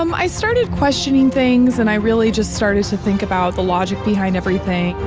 um i started questioning things, and i really just started to think about the logic behind everything.